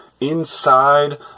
inside